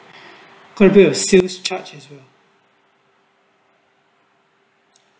this is the same charged as well